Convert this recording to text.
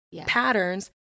patterns